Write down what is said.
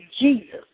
Jesus